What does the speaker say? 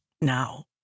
now